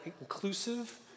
inclusive